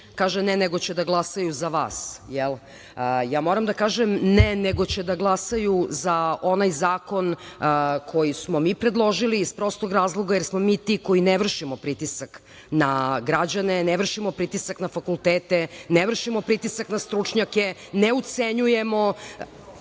kaže - ne, nego će da glasaju za vas. Moram da kažem - ne, nego će da glasaju za onaj zakon koji smo mi predložili iz prostog razloga jer smo mi ti koji ne vršim pritisak na građane, ne vršimo pritisak na fakultete, ne vršimo pritisak na stručnjake, ne ucenjujemo.A